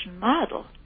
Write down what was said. model